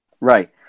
Right